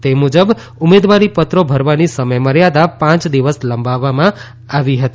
તે મુજબ ઉમેદવારીપત્રો ભરવાની સમયમર્યાદા પાંચ દિવસ લંબાવવામાં આવી હતી